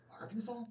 Arkansas